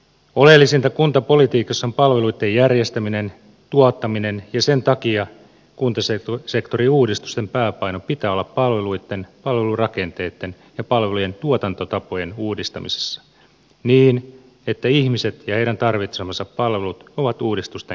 oleellisinta kuntapolitiikassa on palveluitten järjestäminen ja tuottaminen ja sen takia kuntasektorin uudistusten pääpainon pitää olla palveluitten palvelurakenteitten ja palvelujen tuotantotapojen uudistamisessa niin että ihmiset ja heidän tarvitsemansa palvelut ovat uudistusten keskiössä